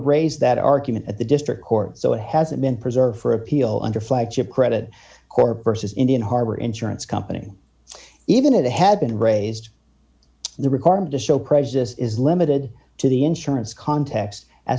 raised that argument at the district court so it hasn't been preserved for appeal under flagship credit score versus indian harbor insurance company even if it had been raised the requirement to show prejudice is limited to the insurance context as